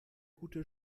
gute